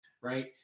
Right